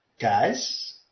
Guys